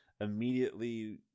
immediately